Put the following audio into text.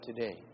today